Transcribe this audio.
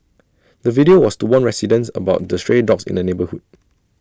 the video was to warn residents about the stray dogs in the neighbourhood